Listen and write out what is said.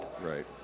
Right